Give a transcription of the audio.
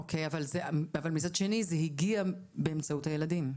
אוקי, אבל מצד שני זה הגיע באמצעות הילדים.